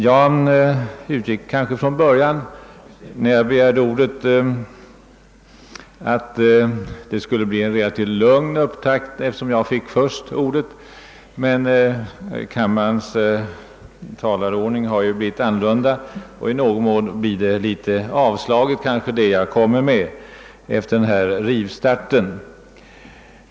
Jag utgick från början, när jag begärde or det, från att det skulle bli en relativt lugn upptakt i debatten, eftersom jag fick ordet först, men kammarens talarordning har ju blivit annorlunda nu, och i någon mån verkar kanske de synpunkter jag kommer med nu ganska avslagna efter den här rivstarten.